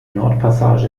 nordpassage